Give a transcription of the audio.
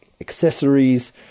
accessories